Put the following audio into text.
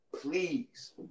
please